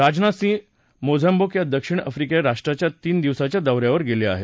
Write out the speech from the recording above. Rajnath Singh Mozambique या दक्षिण Africa राष्ट्राच्या तीन दिवसाच्या दौ यावर गेले आहेत